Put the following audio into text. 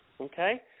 Okay